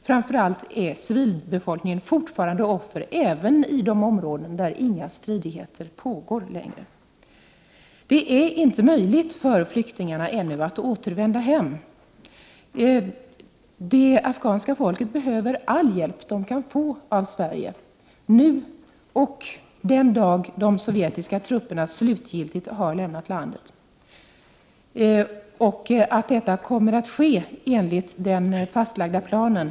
Framför allt civilbefolkningen är fortfarande offer, även i de områden där inga strider längre pågår. Det är ännu inte möjligt för flyktingarna att återvända hem. Det afghanska folket behöver all hjälp det kan få av Sverige, både nu och den dagen då de sovjetiska trupperna slutgiltigt har lämnat landet. Utskottet utgår från att detta kommer att ske enligt den fastlagda planen.